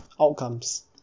outcomes